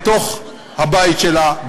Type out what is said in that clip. בתוך הבית שלה,